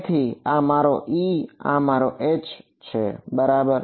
તેથી આ મારો E છે આ મારો H છે બરાબર